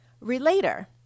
relater